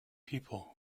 people